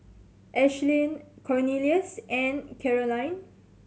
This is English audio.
Ashleigh Cornelious and Caroline